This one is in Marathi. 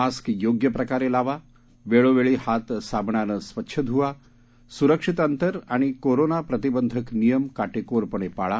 मास्क योग्य प्रकारे लावा वेळोवेळी हात साबणानं स्वच्छ धुवा स्रक्षित अंतर आणि कोरोना प्रतिबंधक नियम काटेकोरपणे पाळा